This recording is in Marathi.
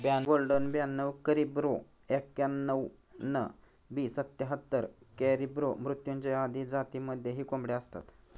गोल्डन ब्याणव करिब्रो एक्याण्णण, बी सत्याहत्तर, कॅरिब्रो मृत्युंजय आदी जातींमध्येही कोंबड्या असतात